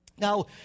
Now